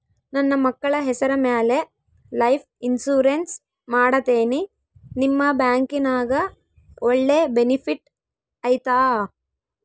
ನನ್ನ ಮಕ್ಕಳ ಹೆಸರ ಮ್ಯಾಲೆ ಲೈಫ್ ಇನ್ಸೂರೆನ್ಸ್ ಮಾಡತೇನಿ ನಿಮ್ಮ ಬ್ಯಾಂಕಿನ್ಯಾಗ ಒಳ್ಳೆ ಬೆನಿಫಿಟ್ ಐತಾ?